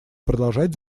продолжать